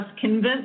convince